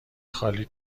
خالی